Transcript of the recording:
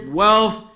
wealth